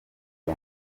ngo